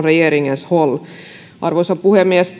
regeringens håll arvoisa puhemies